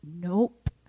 Nope